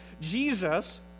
Jesus